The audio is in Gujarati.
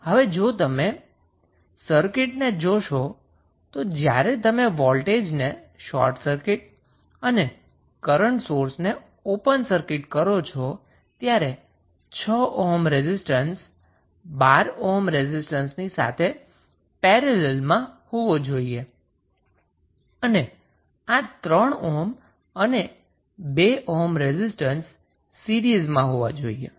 હવે જો તમે સર્કિટને જોશો તો જ્યારે તમે વોલ્ટેજને શોર્ટ સર્કિટ અને કરન્ટ સોર્સને ઓપન સર્કિટ કરો છો ત્યારે 6 ઓહ્મ રેઝિસ્ટન્સ 12 ઓહ્મ રેઝિસ્ટન્સની સાથે પેરેલલ માં હોવો જોઈએ અને આ 3 ઓહ્મ અને 2 ઓહ્મ રેઝિસ્ટન્સ સીરીઝ માં હોવા જોઈએ